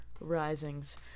risings